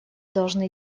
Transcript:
должны